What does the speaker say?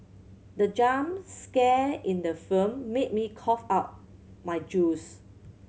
the jump scare in the film made me cough out my juice